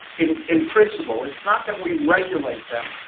in in principle. it's not that we regulate them.